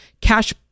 cash